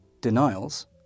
denials